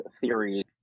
theory